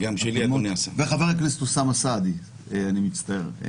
נכון, גם של חבר הכנסת אוסאמה סעדי, אני מצטער.